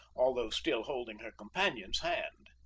although still holding her companion's hand.